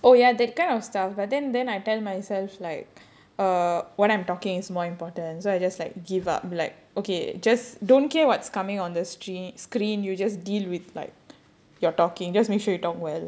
oh ya that kind of stuff but then then I tell myself like err when I'm talking it's more important so I just like give up like okay just don't care what's coming on this stre~ screen you just deal with like your talking just make sure you talk well